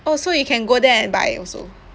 oh so you can go there and buy also